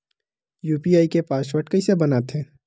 UPI के password कइसे बनाथे?